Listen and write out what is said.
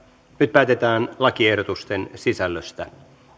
nyt päätetään lakiehdotusten sisällöstä